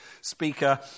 speaker